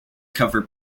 cover